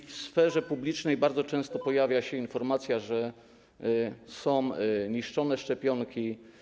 W sferze publicznej bardzo często pojawia się informacja, że są niszczone szczepionki.